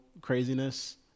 craziness